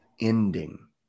ending